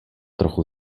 trochu